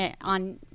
on